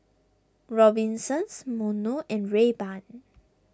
Robinsons Monto and Rayban